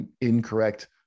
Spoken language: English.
incorrect